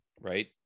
right